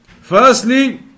Firstly